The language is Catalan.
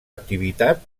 activitat